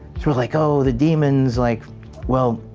were like oh the demons. like well.